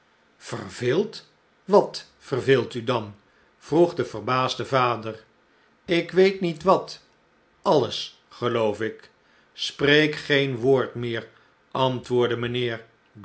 verveeld wat verveelt u dan vroeg de verbaasde vader ik weet riiet wat alles geloof ik spreek geen woord meer antwoordde mijnheer